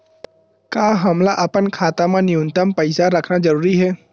का हमला अपन खाता मा न्यूनतम पईसा रखना जरूरी हे?